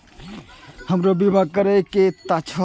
हमरो बीमा करीके छः?